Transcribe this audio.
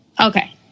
Okay